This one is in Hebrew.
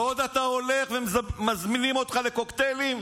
ועוד אתה הולך, ומזמינים אותך לקוקטיילים,